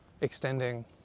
extending